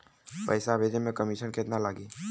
पैसा भेजे में कमिशन केतना लागि?